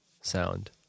sound